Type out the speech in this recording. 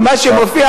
מה שמופיע,